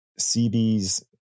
cb's